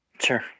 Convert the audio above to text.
Sure